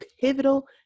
pivotal